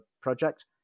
project